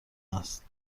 هست